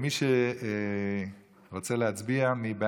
מי שרוצה להצביע, מי בעד?